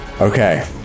Okay